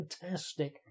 fantastic